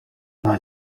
nta